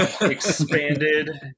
Expanded